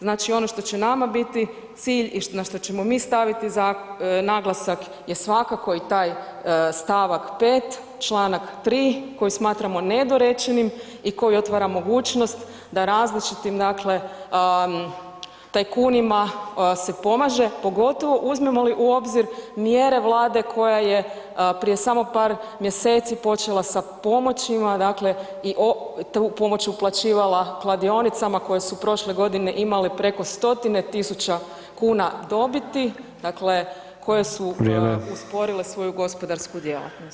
Znači ono što će nama biti cilj i na što ćemo mi staviti naglasak je svakako i taj st 5. čl. 3. koji smatramo nedorečenim i koji otvara mogućnost da različitim tajkunima se pomaže, pogotovo uzmemo li u obzir mjere Vlade koja je prije samo par mjeseci počela sa pomoćima i tu pomoć uplaćivala kladionicama koje su prošle godine imali preko stotine tisuća kuna dobiti, koje su usporile svoju gospodarsku djelatnost.